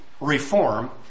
reform